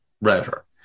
router